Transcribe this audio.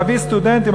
להביא סטודנטים,